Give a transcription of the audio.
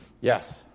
Yes